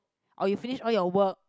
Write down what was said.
or you finish all your work